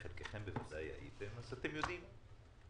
אתם יודעים,